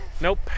Nope